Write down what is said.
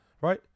right